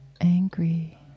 angry